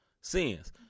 sins